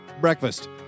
breakfast